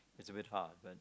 it's a bit hard then